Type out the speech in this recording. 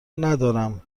ندارم